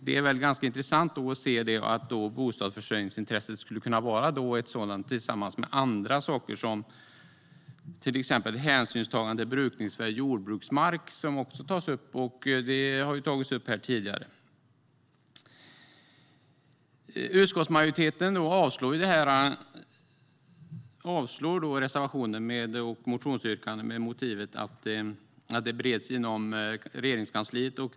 Det är väl ganska intressant att se att bostadsförsörjningsintresset skulle kunna vara ett sådant, tillsammans med andra saker som till exempel hänsynstagande till brukningsvärd jordbruksmark som också tas upp och som har tagits upp här tidigare. Utskottsmajoriteten avstyrker reservationen och motionsyrkandet med motivet att det bereds inom Regeringskansliet.